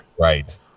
Right